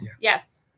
Yes